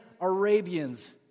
Arabians